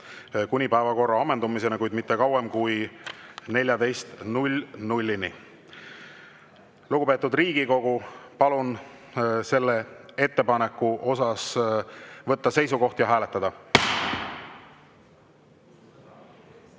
kuni päevakorra ammendumiseni, kuid mitte kauem kui 14.00-ni. Lugupeetud Riigikogu, palun selle ettepaneku kohta võtta seisukoht ja hääletada!